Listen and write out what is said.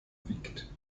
wiegt